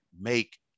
make